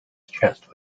chest